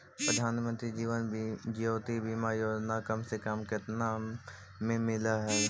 प्रधानमंत्री जीवन ज्योति बीमा योजना कम से कम केतना में मिल हव